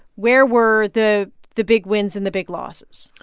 where were the the big wins and the big losses?